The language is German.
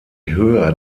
höher